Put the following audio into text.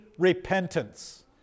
Repentance